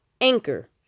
Anchor